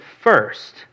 first